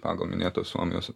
pagal minėto suomijos